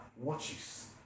watches